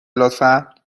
لطفا